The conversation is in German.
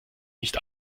nicht